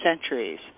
centuries